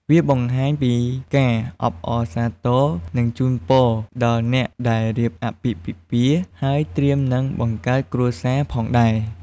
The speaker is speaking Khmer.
វាបង្ហាញពីការអបអរសាទរ និងជូនពរដល់អ្នកដែលរៀបអាពាហ៍ពិពាហ៍ ហើយត្រៀមនឹងបង្កើតគ្រួសារផងដែរ។